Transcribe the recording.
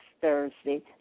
Thursday